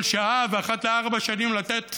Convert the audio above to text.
כל שעה, ואחת לארבע שנים לתת